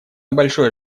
большое